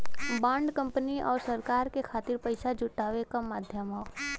bond company आउर सरकार के खातिर पइसा जुटावे क माध्यम हौ